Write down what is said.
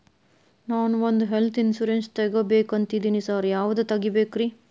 ನಾನ್ ಒಂದ್ health insurance ತಗಬೇಕಂತಿದೇನಿ sir ಯಾವದ ತಗಬೇಕ್ರಿ?